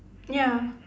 ya